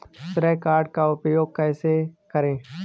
श्रेय कार्ड का उपयोग कैसे करें?